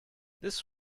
this